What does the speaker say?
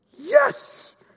Yes